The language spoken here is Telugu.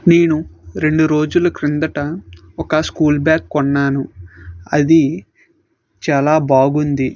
నేను రెండు రోజుల క్రిందట ఒక స్కూల్ బ్యాగ్ కొన్నాను అది చాలా బాగుంది